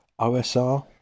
osr